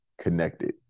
connected